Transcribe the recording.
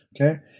okay